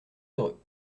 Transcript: heureux